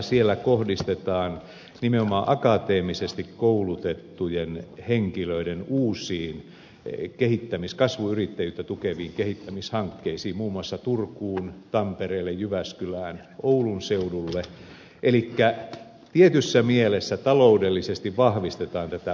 siellä kohdistetaan nimenomaan akateemisesti koulutettujen henkilöiden uusiin kasvuyrittäjyyttä tukeviin kehittämishankkeisiin muun muassa turkuun tampereelle jyväskylään oulun seudulle elikkä tietyssä mielessä taloudellisesti vahvistetaan tätä osaamiskolmiota